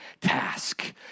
task